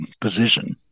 position